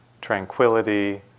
Tranquility